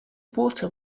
water